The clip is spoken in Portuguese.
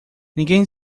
ninguém